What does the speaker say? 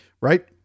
Right